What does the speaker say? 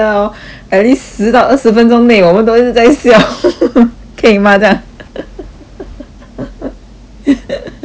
at least 十到二十分钟内我们都一直在笑 可以吗这样